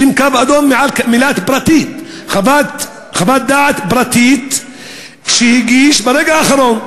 לשים קו אדום על המילה "פרטית" חוות דעת פרטית שהגיש ברגע האחרון.